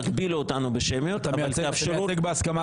תגבילו אותנו בשמיות אבל תאפשרו --- בהסכמה